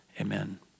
amen